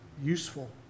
Useful